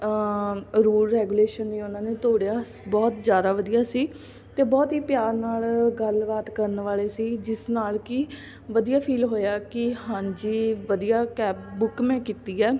rule regulation ਨਹੀਂ ਉਹਨਾਂ ਨੇ ਤੋੜਿਆ ਬਹੁਤ ਜ਼ਿਆਦਾ ਵਧੀਆ ਸੀ ਅਤੇ ਬਹੁਤ ਹੀ ਪਿਆਰ ਨਾਲ ਗੱਲਬਾਤ ਕਰਨ ਵਾਲੇ ਸੀ ਜਿਸ ਨਾਲ ਕਿ ਵਧੀਆ ਫੀਲ ਹੋਇਆ ਕਿ ਹਾਂਜੀ ਵਧੀਆ ਕੈਬ ਬੁੱਕ ਮੈਂ ਕੀਤੀ ਹੈ